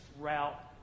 route